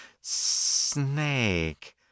snake